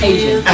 Asian